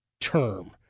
term